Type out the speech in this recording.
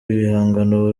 ibihangano